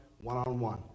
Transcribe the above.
one-on-one